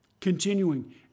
Continuing